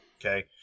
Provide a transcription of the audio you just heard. Okay